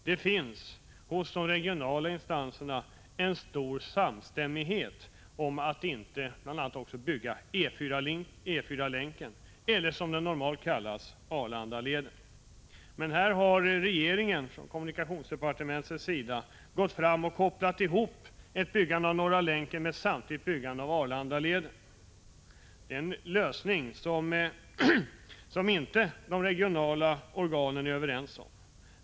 Det finns hos de regionala instanserna en stor samstämmighet om att vi inte skall bygga E 4-länken eller — som den normalt kallas — Arlandaleden. Här har regeringen genom kommunikationsdepartementet gått fram och kopplat ihop ett byggande av Norra Länken med ett samtidigt byggande av Arlandaleden. Det är en lösning som inte de regionala organen är överens om.